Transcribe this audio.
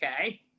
okay